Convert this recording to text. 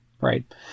right